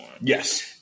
Yes